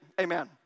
Amen